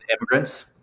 immigrants